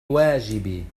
واجبي